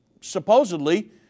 supposedly